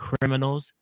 criminals